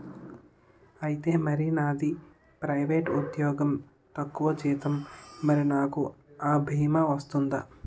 ఐతే మరి నాది ప్రైవేట్ ఉద్యోగం తక్కువ జీతం మరి నాకు అ భీమా వర్తిస్తుందా?